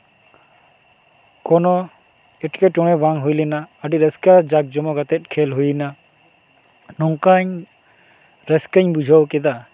ᱠᱳᱱᱳ ᱮᱴᱠᱮᱴᱚᱬ ᱵᱟᱝ ᱦᱩᱭᱞᱮᱱᱟ ᱟᱹᱰᱤ ᱨᱟᱹᱥᱠᱟᱹ ᱡᱟᱸᱠ ᱡᱚᱢᱚᱠᱟᱛᱮ ᱠᱷᱮᱹᱞ ᱦᱩᱭᱮᱱᱟ ᱱᱚᱝᱠᱟᱧ ᱨᱟᱹᱥᱠᱟᱹᱧ ᱵᱩᱡᱷᱟᱹᱣ ᱠᱮᱫᱟ